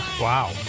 wow